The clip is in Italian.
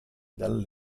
dal